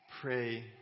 pray